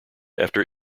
after